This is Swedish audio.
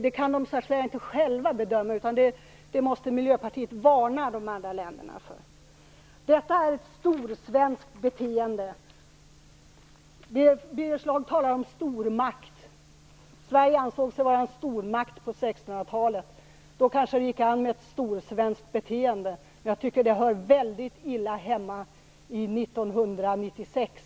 Det kan folk inte själva bedöma, utan det måste Miljöpartiet varna de andra länderna för. Detta är ett storsvenskt beteende. Birger Schlaug talar om stormakt. Sverige ansåg sig vara en stormakt på 1600-talet. Då kanske det gick an med ett storsvenskt beteende, men jag tycker att det hör hemma väldigt illa 1996,